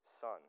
son